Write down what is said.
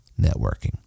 networking